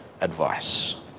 advice